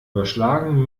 überschlagen